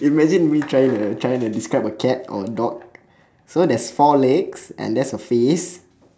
imagine me trying to trying to describe a cat or a dog so there's four legs and there's a face